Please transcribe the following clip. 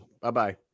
Bye-bye